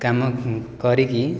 କାମ କରିକି